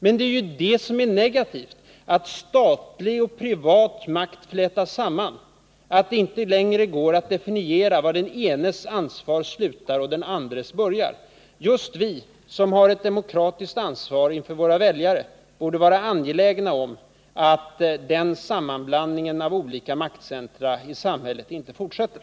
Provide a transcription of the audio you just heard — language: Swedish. Men det negativa är ju just att statlig och privat makt flätas samman, att det inte längre går att definiera var den enes ansvar slutar och den andres börjar. Vi som har ett demokratiskt ansvar inför våra väljare borde vara angelägna om att den sammanblandningen av olika maktcentra i samhället inte fortsätter.